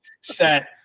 set